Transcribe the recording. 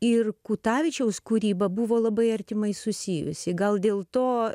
ir kutavičiaus kūryba buvo labai artimai susijusi gal dėl to